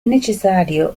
necessario